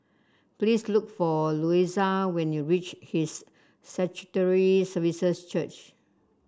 please look for Louisa when you reach His Sanctuary Services Church